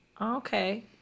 Okay